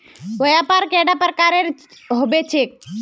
व्यापार कैडा प्रकारेर होबे चेक?